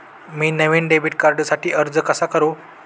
मी नवीन डेबिट कार्डसाठी अर्ज कसा करू?